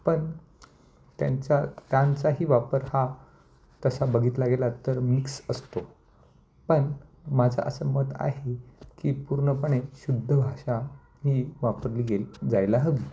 पण त्यांचा त्यांचाही वापर हा तसा बघितला गेला तर मीक्स असतो पण माझं असं मत आहे की पूर्णपणे शुद्ध भाषा ही वापरली गेली जायला हवी